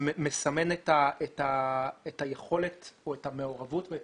ומסמן את היכולת או את המעורבות ואת